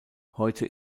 heute